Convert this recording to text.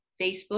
Facebook